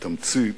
בתמצית